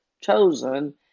chosen